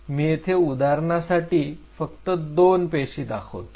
मी येथे उदाहरणासाठी फक्त दोन पेशी दाखवतो